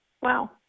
Wow